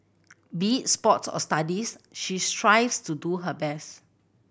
be sports or studies she strives to do her best